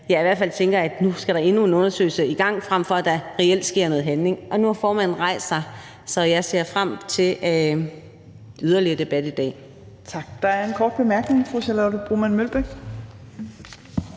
fald tænker, at nu skal der sættes endnu en undersøgelse i gang, frem for at der reelt sker noget handling. Og nu har formanden rejst sig, så jeg vil sige, at jeg ser frem til den yderligere debat i dag.